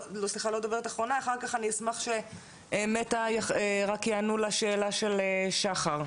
אחר כך אני אשמח ש"מטא" רק יענו לשאלה של שחר,